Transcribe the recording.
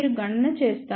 మీరు గణన చేస్తారు